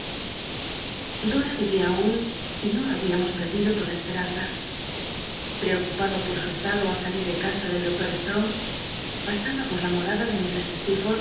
dora yiria aun y no habíamos perdido toda esperanza preocupado por su estado al salir tic casa del doctor strong pasaba por la morada de